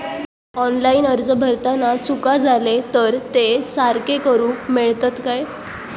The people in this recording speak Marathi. ऑनलाइन अर्ज भरताना चुका जाले तर ते सारके करुक मेळतत काय?